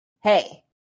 hey